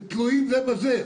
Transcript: הם תלויים זה בזה.